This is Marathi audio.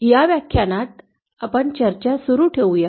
या व्याख्यानात आपण चर्चेत राहूया